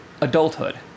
adulthood